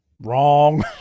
Wrong